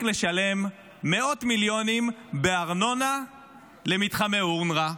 לשלם מאות מיליונים בארנונה למתחמי אונר"א.